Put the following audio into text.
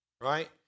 right